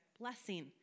blessing